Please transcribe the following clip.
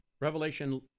Revelation